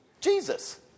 Jesus